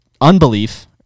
unbelief